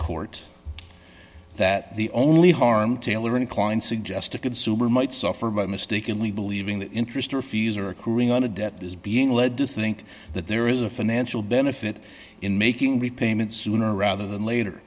court that the only harm taylor inclined suggest to consumer might suffer but mistakenly believing that interest or fees are occurring on a debt is being led to think that there is a financial benefit in making repayment sooner rather than later